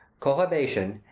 cohobation,